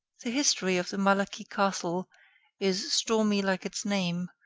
the history of the malaquis castle is stormy like its name,